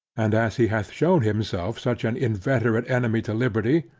and as he hath shewn himself such an inveterate enemy to liberty,